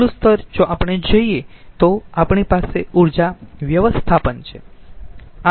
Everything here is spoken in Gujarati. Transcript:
આગલું સ્તર જો આપણે જઈયે તો આપણી પાસે ઊર્જા વ્યવસ્થાપન છે